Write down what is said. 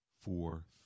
four